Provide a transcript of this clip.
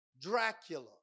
Dracula